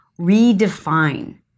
redefine